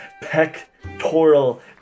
pectoral